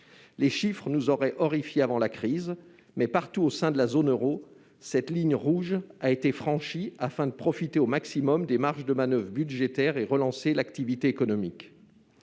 Les chiffres nous auraient horrifiés avant la crise. Mais, partout au sein de la zone euro, cette « ligne rouge » a été franchie, afin de profiter au maximum des marges de manoeuvre budgétaires et de relancer l'activité économique.